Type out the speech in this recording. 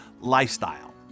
lifestyle